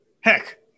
Heck